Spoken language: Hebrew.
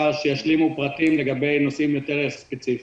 שישלימו פרטים לגבי נושאים יותר ספציפיים.